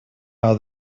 how